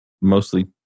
mostly